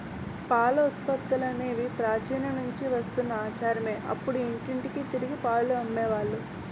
పాల ఉత్పత్తులనేవి ప్రాచీన నుంచి వస్తున్న ఆచారమే అప్పుడు ఇంటింటికి తిరిగి పాలు అమ్మే వాళ్ళు